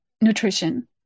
nutrition